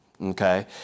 Okay